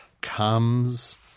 comes